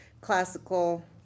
classical